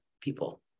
people